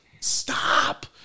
Stop